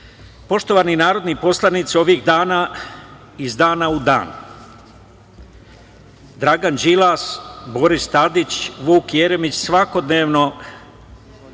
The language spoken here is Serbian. ispunjeno. Poštovani narodni poslanici, ovih dana, iz dana u dan Dragan Đilas, Boris Tadić, Vuk Jeremić svakodnevno